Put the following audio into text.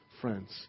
friends